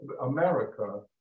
America